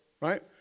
right